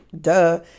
Duh